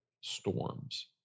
storms